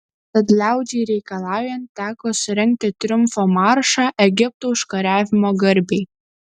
tad liaudžiai reikalaujant teko surengti triumfo maršą egipto užkariavimo garbei